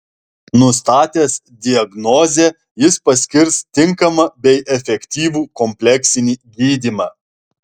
nustatęs diagnozę jis paskirs tinkamą bei efektyvų kompleksinį gydymą